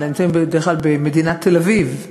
אלא נמצאים בדרך כלל במדינת תל-אביב,